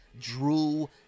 drew